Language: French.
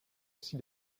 aussi